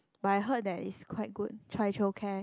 but I heard that it's quite good Choicho Care